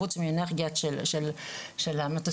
חוץ מהאנרגיה של המטוסים,